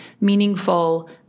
meaningful